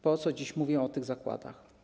Po co dziś mówię o tych zakładach?